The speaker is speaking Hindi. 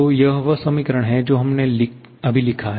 तो यह वह समीकरण है जो हमने अभी लिखा है